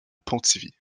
pontivy